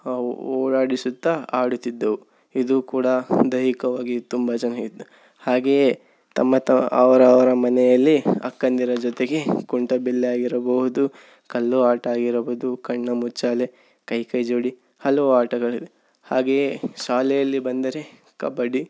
ಓಡಾಡಿಸುತ್ತಾ ಆಡುತ್ತಿದ್ದೆವು ಇದು ಕೂಡ ದೈಹಿಕವಾಗಿ ತುಂಬ ಚೆನ್ನಾಗಿತ್ತು ಹಾಗೆಯೇ ತಮ್ಮ ತ ಅವರವರ ಮನೆಯಲ್ಲಿ ಅಕ್ಕಂದಿರ ಜೊತೆಗೆ ಕುಂಟಬಿಲ್ಲೆ ಆಗಿರಬಹುದು ಕಲ್ಲು ಆಟ ಆಗಿರಬಹುದು ಕಣ್ಣಾ ಮುಚ್ಚಾಲೆ ಕೈ ಕೈ ಜೋಡಿ ಹಲವು ಆಟಗಳಿವೆ ಹಾಗೆಯೇ ಶಾಲೆಯಲ್ಲಿ ಬಂದರೆ ಕಬಡ್ಡಿ